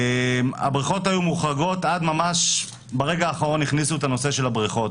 הבריכות היו מוחרגות וממש ברגע האחרון הכניסו את הנושא של הבריכות.